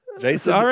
Jason